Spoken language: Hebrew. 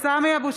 הצבעה שמית,